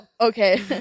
okay